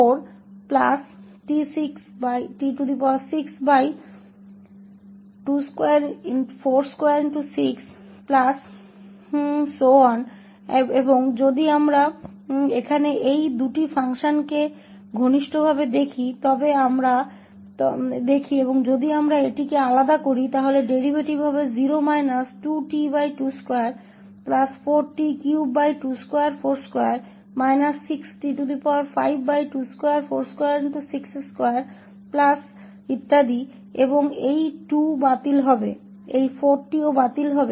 और अगर हम यहां इन दो फंक्शन्स पर करीब से नज़र डालें और अगर हम इसे अलग करते हैं तो अगर हम इस फ़ंक्शन को अलग करते हैं तो डेरीवेटिव 1 2tz24t3z242 6t5z24262